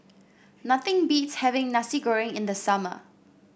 nothing beats having Nasi Goreng in the summer